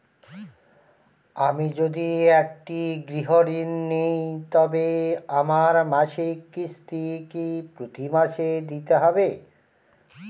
আমি যদি একটি গৃহঋণ নিই তবে আমার মাসিক কিস্তি কি প্রতি মাসে দিতে হবে?